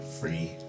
free